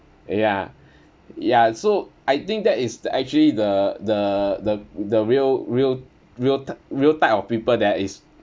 ya ya so I think that is the actually the the the the real real real t~ real type of people that is